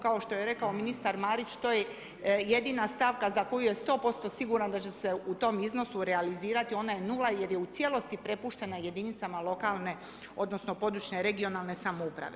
Kao što je rekao ministar Marić to je jedina stavka za koju je 100% siguran da će se u tom iznosu realizirati, ona je 0 jer je u cijelosti prepuštena jedinicama lokalne, odnosno područne, regionalne samouprave.